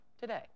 today